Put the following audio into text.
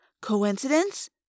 Coincidence